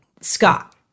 Scott